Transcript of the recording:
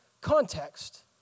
context